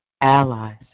allies